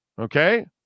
Okay